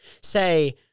say